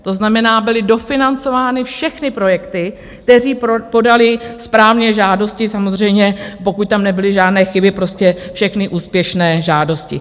To znamená, byly dofinancovány všechny projekty, u kterých podali správně žádosti samozřejmě pokud tam nebyly žádné chyby, prostě všechny úspěšné žádosti.